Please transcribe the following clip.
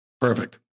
Perfect